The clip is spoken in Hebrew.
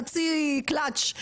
חצי קלאץ',